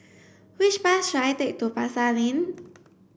which bus should I take to Pasar Lane